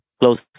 close